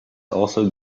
also